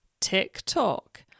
TikTok